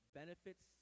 benefits